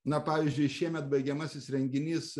na pavyzdžiui šiemet baigiamasis renginys